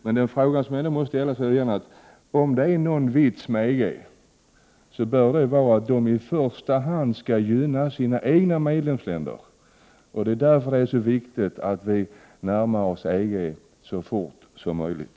Men om det är någon vits med EG, bör EG i första hand gynna sina egna medlemsländer. Det är därför det är så viktigt att vi närmar oss EG så fort som möjligt.